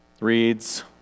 reads